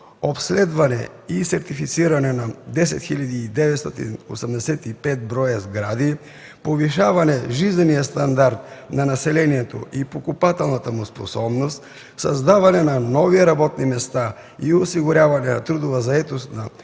обследване и сертифициране на 10 985 броя сгради; повишаване нажизнения стандарт на населението и покупателната му способност; създаване на нови работни места и осигуряване на трудова заетост на